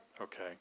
okay